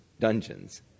dungeons